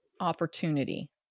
opportunity